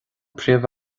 príomh